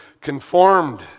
conformed